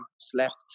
slept